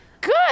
good